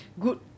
good